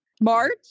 March